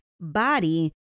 body